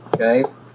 Okay